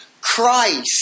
Christ